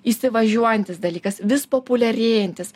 įsivažiuojantis dalykas vis populiarėjantis